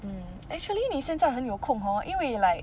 mm actually 你现在很有空 hor 因为 like